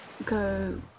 go